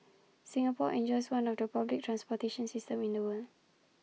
Singapore enjoys one of the public transportation systems in the world